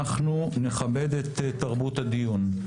אנחנו נכבד את תרבות הדיון,